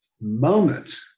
moment